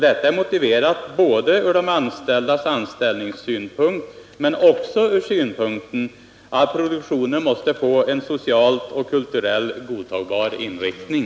Detta är motiverat både med tanke på de anställdas trygghet och att produktionen måste få en socialt och kulturellt godtagbar inriktning.